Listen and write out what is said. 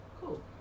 Cool